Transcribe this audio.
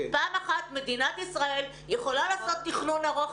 פעם אחת מדינת ישראל יכולה לעשות תכנון ארוך